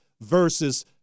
versus